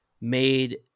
made